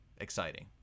exciting